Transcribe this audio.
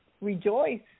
rejoice